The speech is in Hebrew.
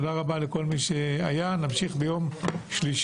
תודה רבה לכל מי שהיה, ונמשיך ביום שלישי.